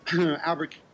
Albert